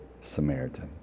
Samaritan